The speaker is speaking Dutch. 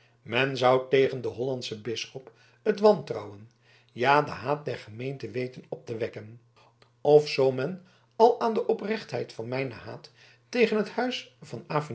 men zou tegen den hollandschen bisschop het wantrouwen ja den haat der gemeente weten op te wekken of zoo men al aan de oprechtheid van mijnen haat tegen het huis van